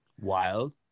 wild